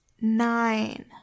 nine